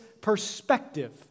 perspective